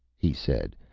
he said,